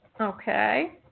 Okay